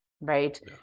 right